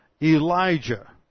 Elijah